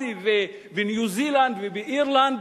בניו-זילנד, באירלנד.